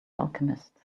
alchemist